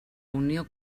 unió